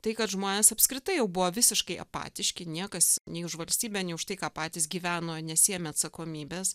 tai kad žmonės apskritai jau buvo visiškai apatiški niekas nei už valstybę nei už tai ką patys gyveno nesiėmė atsakomybės